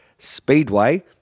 Speedway